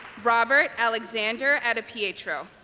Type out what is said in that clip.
robert alexander adipietro